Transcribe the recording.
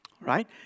right